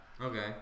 Okay